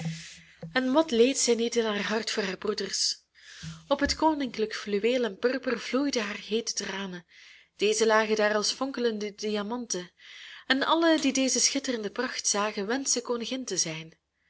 en wat leed zij niet in haar hart voor haar broeders op het koninklijk fluweel en purper vloeiden haar heete tranen deze lagen daar als fonkelende diamanten en allen die deze schitterende pracht zagen wenschten koningin te zijn